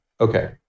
okay